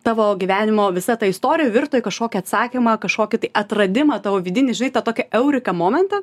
tavo gyvenimo visa ta istorija virto į kažkokį atsakymą kažkokį tai atradimą tavo vidinį žinai tą tokį eureka momentą